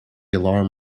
alarm